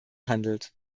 handelt